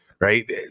right